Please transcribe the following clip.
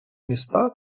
міста